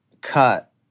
Cut